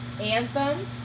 anthem